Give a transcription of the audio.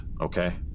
okay